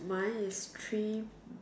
mine is three